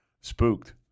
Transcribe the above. spooked